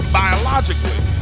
biologically